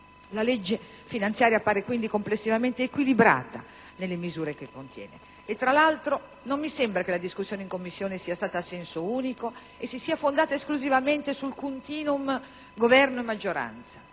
La legge finanziaria appare quindi complessivamente equilibrata nelle misure che contiene. Tra l'altro, non mi sembra che la discussione in Commissione sia stata a senso unico e si sia fondata esclusivamente sul *continuum* Governo-maggioranza.